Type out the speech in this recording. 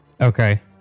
Okay